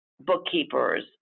bookkeepers